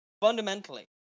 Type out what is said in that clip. fundamentally